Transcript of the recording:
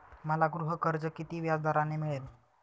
मला गृहकर्ज किती व्याजदराने मिळेल?